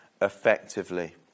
effectively